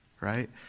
right